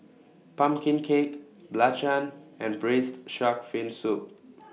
Pumpkin Cake Belacan and Braised Shark Fin Soup